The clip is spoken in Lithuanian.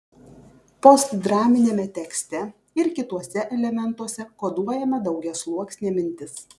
postdraminiame tekste ir kituose elementuose koduojama daugiasluoksnė mintis